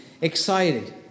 excited